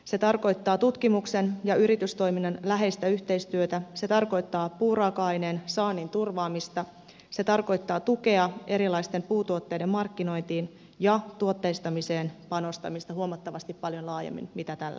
se tarkoittaa tutkimuksen ja yritystoiminnan läheistä yhteistyötä se tarkoittaa puuraaka aineen saannin turvaamista se tarkoittaa tukea erilaisten puutuotteiden markkinointiin ja panostamista tuotteistamiseen huomattavasti paljon laajemmin kuin tällä hetkellä